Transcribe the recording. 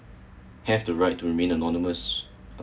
have the right to remain anonymous